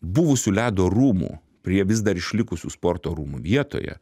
buvusių ledo rūmų prie vis dar išlikusių sporto rūmų vietoje